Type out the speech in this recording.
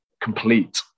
complete